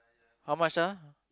how much ah